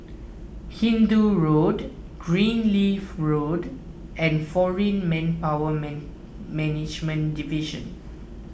Hindoo Road Greenleaf Road and foreign Manpower man Management Division